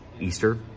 easter